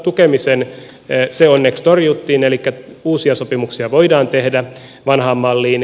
se onneksi torjuttiin elikkä uusia sopimuksia voidaan tehdä vanhaan malliin